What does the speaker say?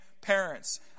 parents